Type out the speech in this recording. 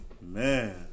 Man